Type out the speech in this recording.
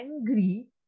angry